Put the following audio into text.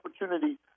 opportunity